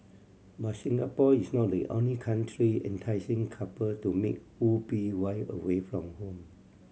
but Singapore is not the only country enticing couple to make whoopee while away from home